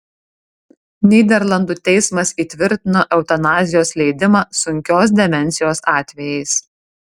nyderlandų teismas įtvirtino eutanazijos leidimą sunkios demencijos atvejais